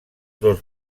dos